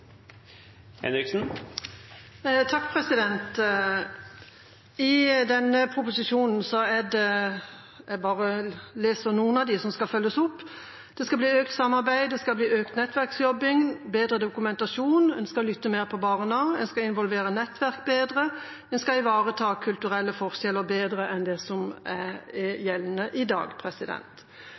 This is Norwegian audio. som skal følges opp: Det skal bli økt samarbeid, økt nettverksjobbing og bedre dokumentasjon, en skal lytte mer til barna, en skal involvere nettverk bedre, og en skal ivareta kulturelle forskjeller bedre enn det som er gjeldende i dag.